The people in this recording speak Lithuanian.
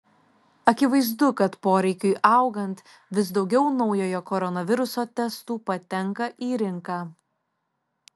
akivaizdu kad poreikiui augant vis daugiau naujojo koronaviruso testų patenka į rinką